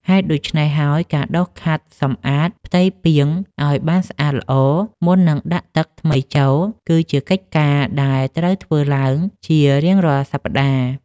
ហេតុដូច្នេះហើយ ការដុសខាត់សម្អាតផ្ទៃពាងឱ្យបានសព្វល្អមុននឹងដាក់ទឹកថ្មីចូល គឺជាកិច្ចការដែលត្រូវធ្វើជារៀងរាល់សប្តាហ៍។